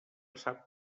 sap